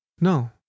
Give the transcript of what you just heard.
No